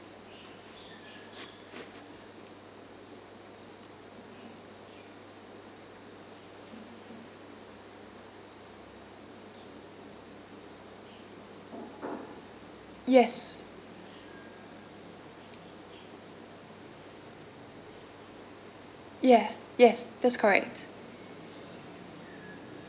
yes yeah yes that's correct